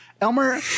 Elmer